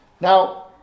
Now